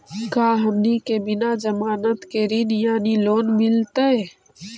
का हमनी के बिना जमानत के ऋण यानी लोन मिलतई?